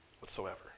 whatsoever